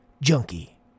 junkie